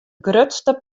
grutste